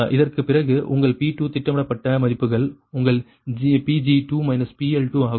இதற்குப் பிறகு உங்கள் P2 திட்டமிடப்பட்ட மதிப்புகள் உங்கள் Pg2 PL2 ஆகும்